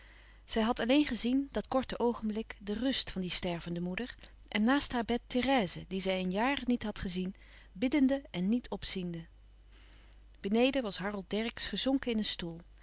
zij had alleen gezien dat korte oogenblik de rust van die stervende moeder en naast haar bed therèse die zij in jaren niet had gezien biddende en niet opziende beneden was harold dercksz gezonken in een stoel